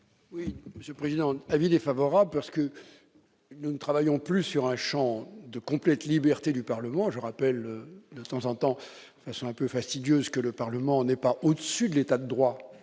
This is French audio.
de la commission ? L'avis est défavorable, parce que nous ne travaillons plus sur un champ de complète liberté du Parlement. Je rappelle de temps en temps, de façon un peu fastidieuse, que le Parlement n'est pas au-dessus de l'État de droit